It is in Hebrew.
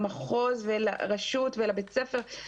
מהמחוז לרשות ולבית ספר.